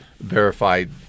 verified